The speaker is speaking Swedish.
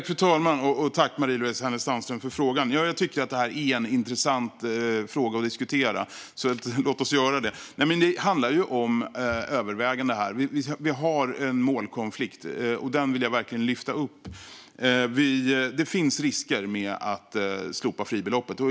Fru talman! Tack, Marie-Louise Hänel Sandström, för frågan! Jag tycker att det här är en fråga att diskutera, så låt oss göra det. Det handlar om överväganden. Vi har en målkonflikt, och den vill jag verkligen lyfta upp. Det finns risker med att slopa fribeloppet.